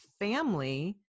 family